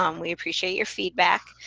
um we appreciate your feedback.